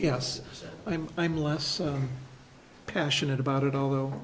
yes i'm i'm less passionate about it although